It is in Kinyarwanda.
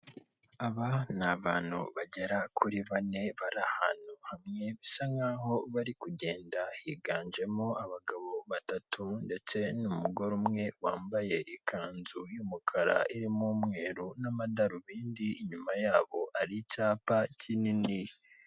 Aba ni abantu bagera kuri bane, bari ahantu hamwe bisa nk'aho bari kugenda, higanjemo abagabo batatu ndetse n'umugore umwe wambaye ikanzu y'umukara irimo umwe n'amadarubindi inyuma yabo ari icyapa kinini.